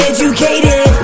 Educated